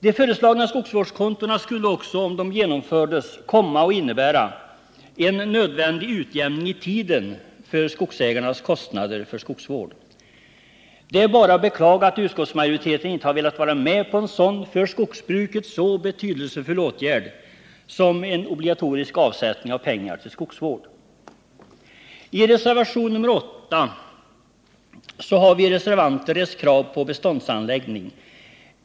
De föreslagna skogsvårdskontona skulle också om de genomfördes komma att innebära en nödvändig utjämning i tiden för skogsägarnas kostnader för skogsvård. Det är bara att beklaga att utskottsmajoriteten inte velat stödja en sådan för skogsbruket så betydelsefull åtgärd som en obligatorisk avsättning av pengar till skogsvård. I reservation nr 8 har vi reservanter rest krav på beståndsanläggning.